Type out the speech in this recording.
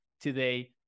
today